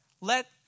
let